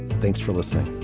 thanks for listening